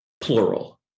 plural